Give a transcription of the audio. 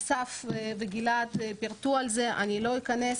אסף וגלעד פירטו על זה, אני לא אכנס.